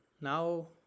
now